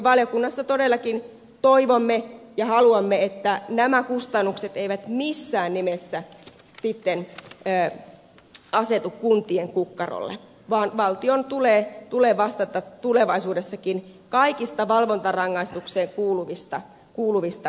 valiokunnassa todellakin toivomme ja haluamme että nämä kustannukset eivät missään nimessä sitten asetu kuntien kukkarolle vaan valtion tulee vastata tulevaisuudessakin kaikista valvontarangaistukseen kuuluvista maksuista